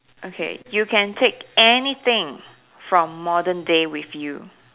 okay you can take anything from modern day with you